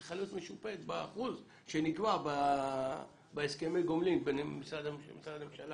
היא צריכה להיות משופה באחוז שנקבע בהסכמי הגומלין בין משרדי הממשלה.